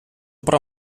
про